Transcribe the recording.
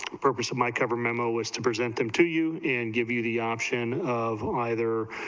the purpose of my cover memo was to present them to you and give you the option of either,